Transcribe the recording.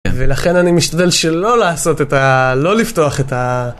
ולכן אני משתדל שלא לעשות את ה... לא לפתוח את ה...